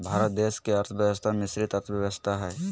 भारत देश के अर्थव्यवस्था मिश्रित अर्थव्यवस्था हइ